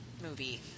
movie